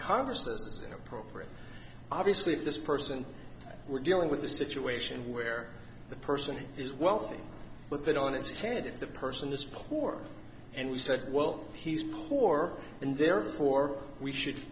congress has appropriate obviously if this person we're dealing with a situation where the person is wealthy but that on its head if the person this poor and we said well he's poor and therefore we should